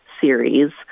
series